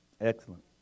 Excellent